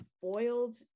boiled